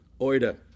oida